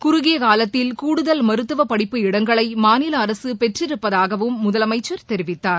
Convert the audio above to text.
குறுகிய காலத்தில் கூடுதல் மருத்துவ படிப்பு இடங்களை மாநில அரசு பெற்றிருப்பதாகவும் முதலனமச்சர் தெரிவித்தார்